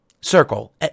Circle